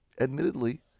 admittedly